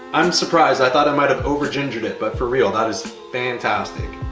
i'm surprised, i thought i might've over gingered it but for real, that is fantastic.